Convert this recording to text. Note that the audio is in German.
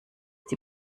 die